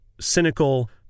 cynical